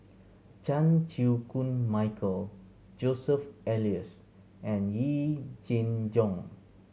Chan Chew Koon Michael Joseph Elias and Yee Jenn Jong